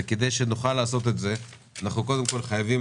כדי שנוכל לעשות את זה אנחנו קודם כול חייבים